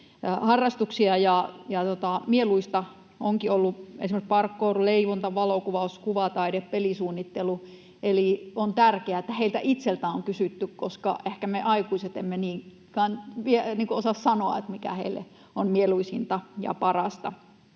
harrastuksia, ja mieluista ovatkin olleet esimerkiksi parkour, leivonta, valokuvaus, kuvataide, pelisuunnittelu. Eli on tärkeätä, että heiltä itseltään on kysytty, koska ehkä me aikuiset emme niinkään osaa sanoa, mikä heille on mieluisinta ja parasta.